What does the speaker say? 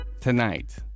Tonight